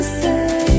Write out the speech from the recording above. say